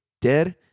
dead